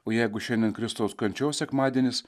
o jeigu šiandien kristaus kančios sekmadienis